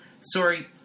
Sorry